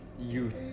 youth